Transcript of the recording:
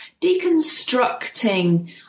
deconstructing